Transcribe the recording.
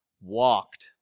walked